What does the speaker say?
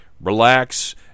relax